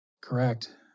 correct